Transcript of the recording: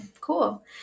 cool